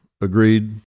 Agreed